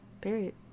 period